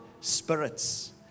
spirits